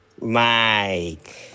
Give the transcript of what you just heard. Mike